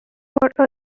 for